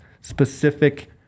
specific